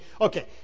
okay